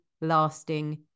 lasting